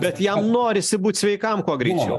bet jam norisi būt sveikam kuo greičiau